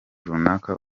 runaka